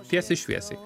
tiesiai šviesiai